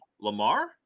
Lamar